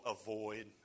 avoid